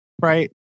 right